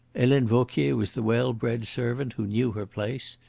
helene vauquier was the well-bred servant who knew her place.